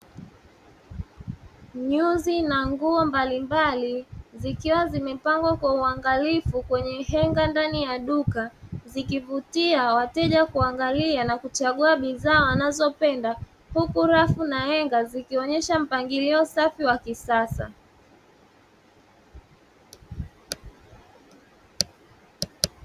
Nyuzi na nguo mbalimbali zikiwa zimepangwa kwa uangalifu kwenye henga ndani ya duka, zikivutia wateja kuangalia na kuchagua bidhaa wanazopenda, huku rafu na henga zikionyesha mpangilio safi wa kisasa.